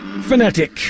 Fanatic